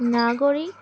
নাগরিক